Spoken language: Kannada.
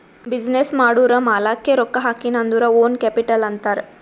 ಬಿಸಿನ್ನೆಸ್ ಮಾಡೂರ್ ಮಾಲಾಕ್ಕೆ ರೊಕ್ಕಾ ಹಾಕಿನ್ ಅಂದುರ್ ಓನ್ ಕ್ಯಾಪಿಟಲ್ ಅಂತಾರ್